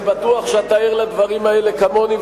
אני בטוח שאתה ער לדברים האלה כמוני,